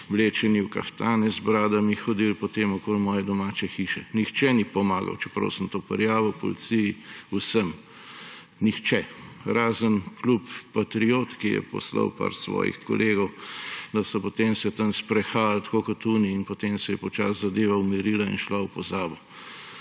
oblečeni v kaftane, z bradami hodili potem okoli moje domače hiše. Nihče ni pomagal, čeprav sem to prijavil policiji, vsem. Nihče. Razen klub Patriot, ki je poslal nekaj svojih kolegov, da so se potem tam sprehajali tako kot oni, in potem se je počasi zadeva umirila in šla v pozabo. Ampak